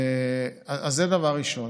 זה, דבר ראשון.